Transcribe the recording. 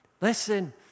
Listen